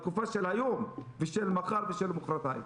בתקופה של היום ושל מחר ושל מחרתיים.